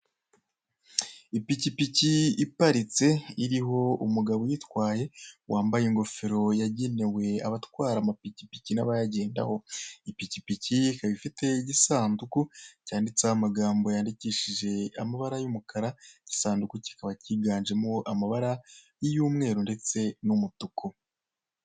Ipiikipiki iparitse iriho umugabo uyitwaye wambaye ingofero yagenewe abantu batwara amapikipiki, n'abayagendaho, ipikipipiki ikaba ariho igisanduku cyandikishije amabara y'umukara, icyo gisanduku kikaba kiganjemo amabara y'umweru ndetse n'umutuku.